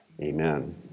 Amen